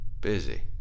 Busy